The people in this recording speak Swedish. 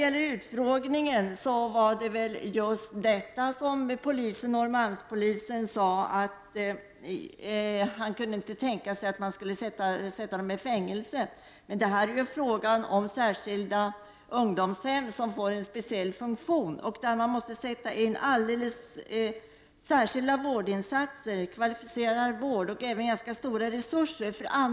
Vid utfrågningen sade Norrmalmspolisen just att man inte kunde tänka sig att dessa ungdomar skulle sättas i fängelse. Men här är det fråga om särskilda ungdomshem, som får en speciell funktion och där särskilda vårdinsatser, kvalificerad vård och även ganska stora resurser måste sättas in.